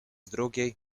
drugiej